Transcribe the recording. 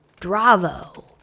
Dravo